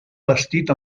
bastit